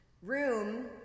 Room